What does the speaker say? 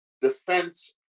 defense